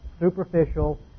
superficial